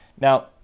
Now